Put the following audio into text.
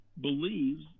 believes